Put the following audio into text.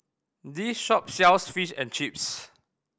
this shop sells Fish and Chips